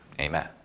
amen